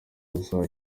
gusa